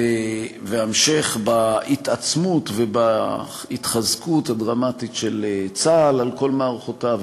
והמשך בהתעצמות ובהתחזקות הדרמטית של צה"ל על כל מערכותיו,